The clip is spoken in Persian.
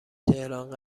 تهران